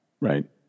Right